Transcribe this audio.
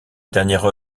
dernière